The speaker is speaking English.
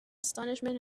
astonishment